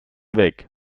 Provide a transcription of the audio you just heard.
weg